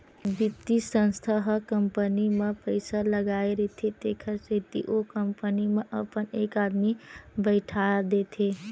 बित्तीय संस्था ह कंपनी म पइसा लगाय रहिथे तेखर सेती ओ कंपनी म अपन एक आदमी बइठा देथे